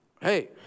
Hey